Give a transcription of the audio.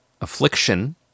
affliction